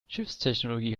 schiffstechnologie